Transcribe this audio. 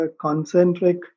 concentric